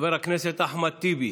חבר הכנסת אחמד טיבי.